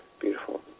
Beautiful